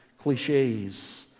cliches